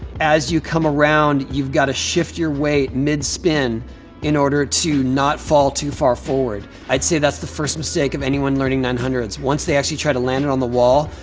as you come around, you've gotta shift your weight mid spin in order to not fall too far forward. i'd say that's the first mistake of anyone learning nine hundred s. once they actually try to land it on the wall,